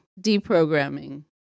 deprogramming